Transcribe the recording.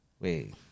Wait